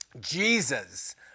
Jesus